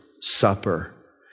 Supper